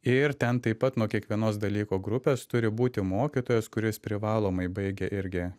ir ten taip pat nuo kiekvienos dalyko grupės turi būti mokytojas kuris privalomai baigia irgi